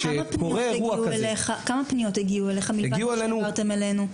כמה פניות הגיעו אליך מלבד אלה שהעברתם אלינו?